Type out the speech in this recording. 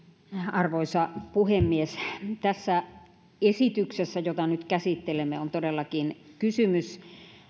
arvoisa puhemies tässä esityksessä jota nyt käsittelemme on todellakin kysymys